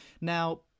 Now